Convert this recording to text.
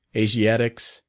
asiatics,